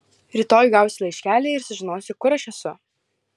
rytoj gausi laiškelį ir sužinosi kur aš esu